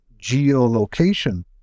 geolocation